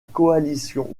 coalition